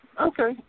Okay